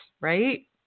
right